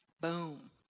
Boom